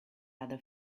other